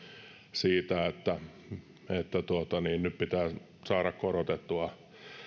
siitä että nyt pitää saada korotettua